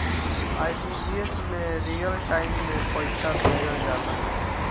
RTGS में real time में पइसा भेजल जाला